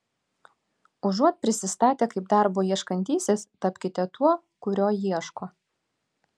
užuot prisistatę kaip darbo ieškantysis tapkite tuo kurio ieško